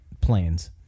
Planes